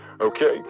okay